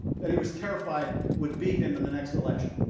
that he was terrified would beat him in the next election.